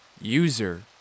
User